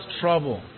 trouble